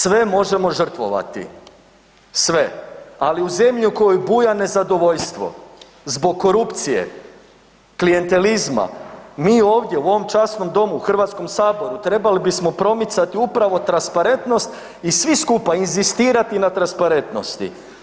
Sve možemo žrtvovati, sve ali u zemlji u kojoj buja nezadovoljstvo, zbog korupcije, klijentelizma, mi u ovdje u ovom časnom domu, u Hrvatskom saboru trebali bismo promicati upravo transparentnost i svi skupa inzistirati na transparentnosti.